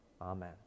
Amen